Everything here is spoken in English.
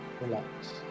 Relax